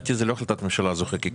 לדעתי זה לא החלטת ממשלה, זו חקיקה.